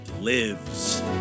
Lives